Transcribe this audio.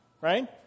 right